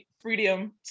freedom